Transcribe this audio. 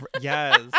Yes